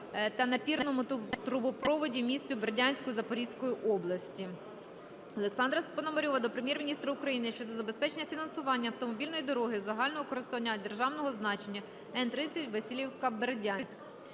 та напірному трубопроводі у місті Бердянську Запорізької області. Олександра Пономарьова до Прем'єр-міністра України щодо забезпечення фінансування автомобільної дороги загального користування державного значення Н-30 Василівка-Бердянськ.